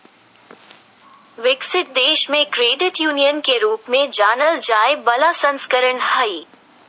विकसित देश मे क्रेडिट यूनियन के रूप में जानल जाय बला संस्करण हइ